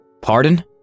Pardon